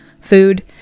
food